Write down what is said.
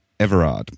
everard